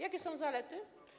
Jakie są zalety?